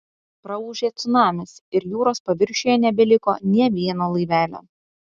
praūžė cunamis ir jūros paviršiuje nebeliko nė vieno laivelio